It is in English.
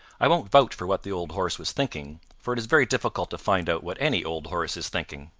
i won't vouch for what the old horse was thinking, for it is very difficult to find out what any old horse is thinking.